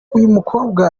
uyumukobwa